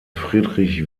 friedrich